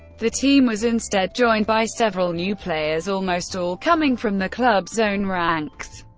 the team was instead joined by several new players, almost all coming from the club's own ranks,